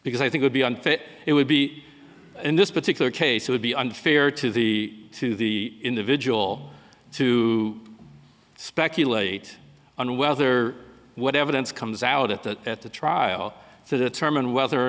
because i think would be unfit it would be in this particular case it would be unfair to the to the individual to speculate on whether what evidence comes out at the at the trial to determine whether or